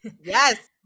Yes